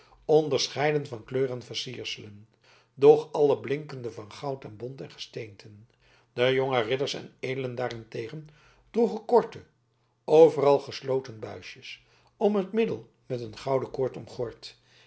onderscheiden van kleur en versierselen doch alle blinkende van goud en bont en gesteenten de jonge ridders en edelen daarentegen droegen korte overal geslotene buisjes om het middel met een gouden koord